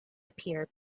appear